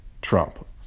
Trump